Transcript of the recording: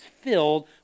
filled